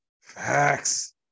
Facts